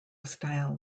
style